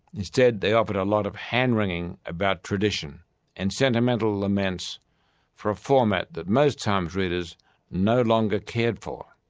instead, they offered a lot of hand-wringing about tradition and sentimental laments for a format that most times readers no longer cared for.